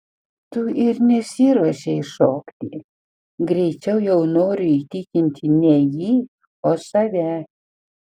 tu ir nesiruošei šokti greičiau jau noriu įtikinti ne jį o save